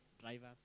drivers